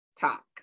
talk